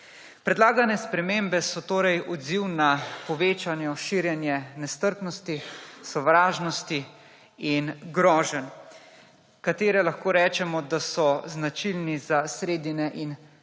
Predlagane spremembe so torej odziv na povečano širjenje nestrpnosti, sovražnosti in groženj, ki lahko rečemo, da so značilni za sredine in petkove